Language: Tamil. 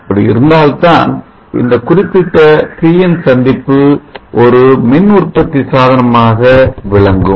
அப்படி இருந்தால்தான் இந்த குறிப்பிட்ட பிஎன் PN சந்திப்பு ஒரு மின்னுற்பத்தி சாதனமாக விளங்கும்